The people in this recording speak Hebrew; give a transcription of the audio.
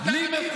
אתה רצית עוד דם?